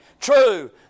true